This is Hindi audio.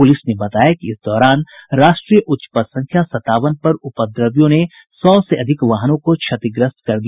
पुलिस ने बताया कि इस दौरान राष्ट्रीय उच्च पथ संख्या सतावन पर उपद्रवियों ने सौ से अधिक वाहनों को क्षतिग्रस्त कर दिया